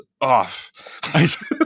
off